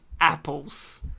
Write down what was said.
apples